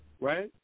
Right